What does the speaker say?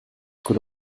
could